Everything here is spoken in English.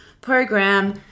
program